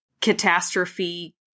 catastrophe